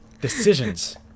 Decisions